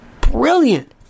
brilliant